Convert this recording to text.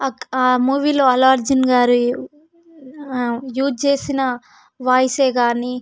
ఆ మూవీలో అల్లు అర్జున్ గారి యూజ్ చేసిన వాయిస్ ఏ కాని